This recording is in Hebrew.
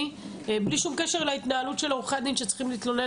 בלי שום קשר להתנהלות של עורכי הדין שצריכים להתלונן